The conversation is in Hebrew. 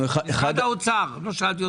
שאלתי את משרד האוצר.